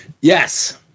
Yes